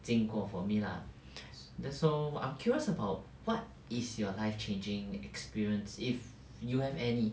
经过 for me lah that's so I'm curious about what is your life changing experience if you have any